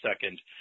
second